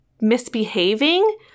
misbehaving